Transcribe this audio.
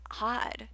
odd